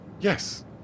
Yes